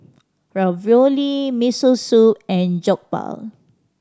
Ravioli Miso Soup and Jokbal